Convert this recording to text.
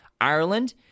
Ireland